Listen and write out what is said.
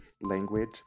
language